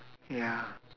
ya